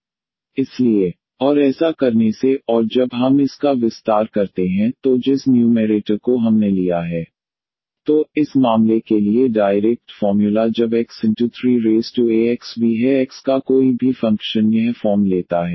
इसलिए 1 6D1D6 D26x21 और ऐसा करने से और जब हम इसका विस्तार करते हैं तो जिस न्यूमैरेटर को हमने लिया है 16D1 D6 D26D6 D262 x21 So now 16D1 D6D26D236x21 16Dx21 2x67362 16Dx2 x32518 16x33 x262518x तो इस मामले के लिए डायरेक्ट फॉर्म्युला जब x eaxV वी है x का कोई भी फंक्शन यह फॉर्म लेता है